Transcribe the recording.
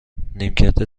نیمکت